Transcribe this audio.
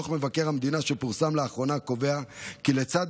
דוח מבקר המדינה שפורסם לאחרונה קובע כי לצד